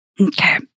Okay